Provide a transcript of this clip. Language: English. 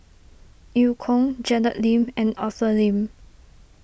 Eu Kong Janet Lim and Arthur Lim